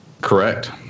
Correct